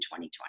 2020